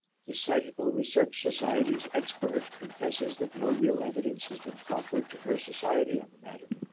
the psychical research society's expert confesses that no real evidence has been proffered to her society on the matter.